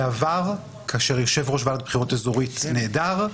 בעבר, כאשר יושב-ראש ועדת בחירות אזורית נעדר,